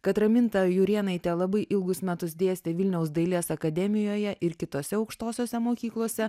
kad raminta jurėnaitė labai ilgus metus dėstė vilniaus dailės akademijoje ir kitose aukštosiose mokyklose